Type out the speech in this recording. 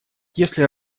если